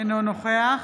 אינו נוכח